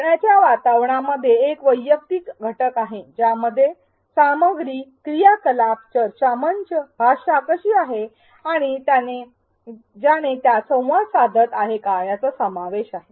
शिकण्याच्या वातावरणामध्ये एक वैयक्तिकृत घटक आहे ज्यामध्ये सामग्री क्रियाकलाप चर्चा मंच भाषा कशी आहे आणि ज्याने त्यात संवाद साधत आहे त्याचा समावेश आहे